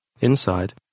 Inside